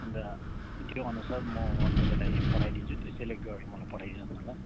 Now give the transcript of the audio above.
अन्त त्योअनुसार म तपाईँलाई पठाइदिन्छु त्यो सेलेक्ट गरेर मलाई पठाइदिनुहोस् न ल